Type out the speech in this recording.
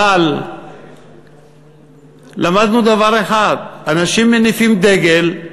אבל למדנו דבר אחד: אנשים מניפים דגל.